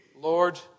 Lord